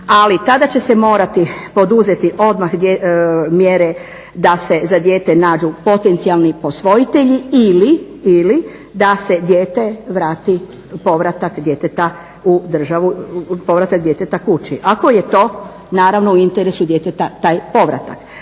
ali tada će se morati poduzeti odmah mjere da se za dijete nađu potencijalni posvojitelji ili da se dijete vrati, povratak djeteta kući. Ako je to naravno u interesu djeteta taj povratak.